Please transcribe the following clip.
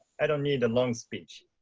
i don't need a long speech.